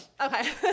Okay